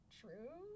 true